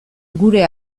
gure